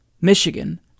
Michigan